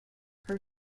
her